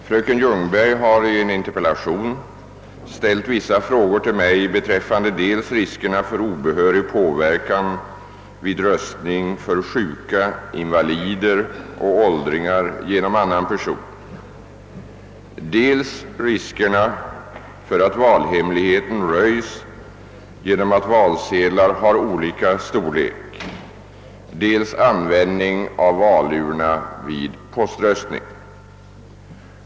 Fröken Ljungberg har i en interpellation ställt vissa frågor till mig beträffande dels riskerna för obehörig påverkan vid röstning för sjuka, invalider och åldringar genom annan person, dels riskerna för att valhemligheten röjs genom att valsedlar har olika storlek, dels användning av valurna vid poströstning.